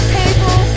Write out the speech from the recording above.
people